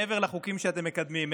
מעבר לחוקים שאתם מקדמים,